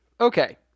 okay